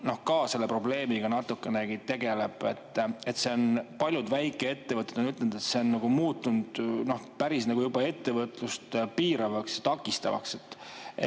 ka selle probleemiga natukenegi tegeleb. Paljud väikeettevõtted on ütelnud, et see on muutunud juba ettevõtlust piiravaks ja takistavaks.